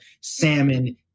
salmon